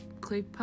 click